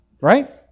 right